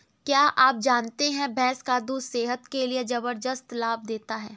क्या आप जानते है भैंस का दूध सेहत के लिए जबरदस्त लाभ देता है?